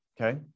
okay